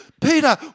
Peter